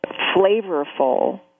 flavorful